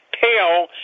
pale